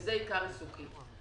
וזה עיקר עיסוקי.